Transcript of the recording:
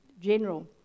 general